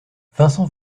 vincent